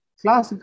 class